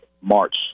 March